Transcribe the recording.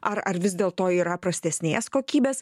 ar ar vis dėlto yra prastesnės kokybės